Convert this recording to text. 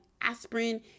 aspirin